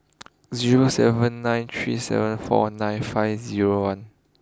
zero seven nine three seven four nine five zero one